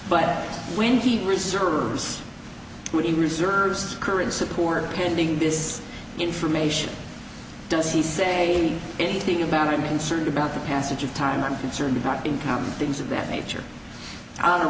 but when he reserves the reserves current support pending this information does he say anything about i'm concerned about the passage of time i'm concerned about encounter things of that nature on